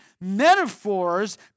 metaphors